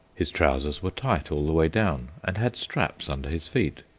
his trousers were tight all the way down and had straps under his feet.